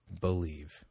believe